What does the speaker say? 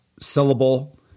syllable